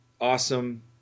Awesome